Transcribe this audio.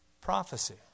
Prophecy